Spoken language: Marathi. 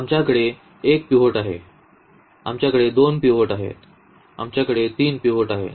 आमच्याकडे एक पिव्होट आहे आमच्याकडे दोन पिव्होट आहेत आमच्याकडे तीन पिव्होट आहेत